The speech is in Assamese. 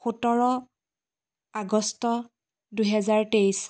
সোতৰ আগষ্ট দুহেজাৰ তেইছ